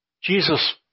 Jesus